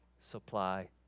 supply